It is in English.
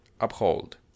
uphold